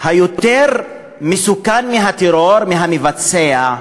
היותר מסוכן מהטרור, מהמבצע,